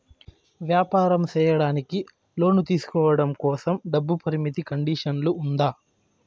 వ్యాపారం సేయడానికి లోను తీసుకోవడం కోసం, డబ్బు పరిమితి కండిషన్లు ఉందా?